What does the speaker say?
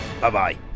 Bye-bye